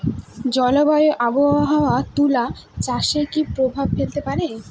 জলবায়ু ও আবহাওয়া তুলা চাষে কি প্রভাব ফেলতে পারে?